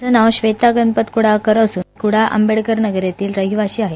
माझं नाव श्वेता गणपत कुडाळकर असून कुडाळ आंबेडकरनगर येथील रहिवासी आहे